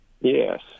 Yes